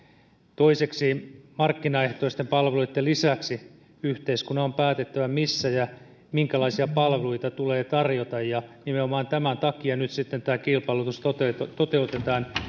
toiseksi markkinaehtoisten palveluitten lisäksi yhteiskunnan on päätettävä missä ja minkälaisia palveluita tulee tarjota ja nimenomaan tämän takia nyt sitten tämä kilpailutus toteutetaan toteutetaan